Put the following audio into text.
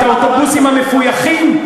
את האוטובוסים המפויחים?